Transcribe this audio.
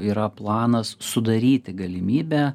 yra planas sudaryti galimybę